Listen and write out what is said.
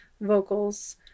vocals